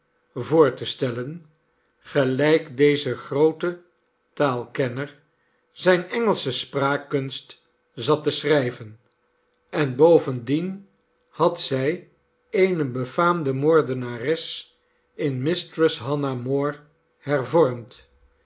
voor te stellen gelijk deze groote taalkenner zijne engelsche spraakkunst zat te schrijven en bovendien had zij eene befaamde moordenares in mistress hannah more hervormd